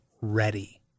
ready